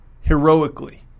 heroically